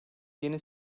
yeni